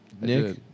Nick